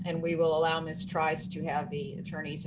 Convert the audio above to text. and we will allow mr tries to have the attorneys